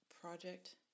project